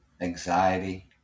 anxiety